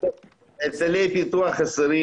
בהרצליה פיתוח חסרים.